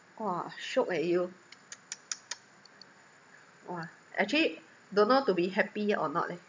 !wah! shiok eh you !wah! actually don't know to be happy or not leh